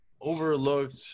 overlooked